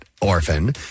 Orphan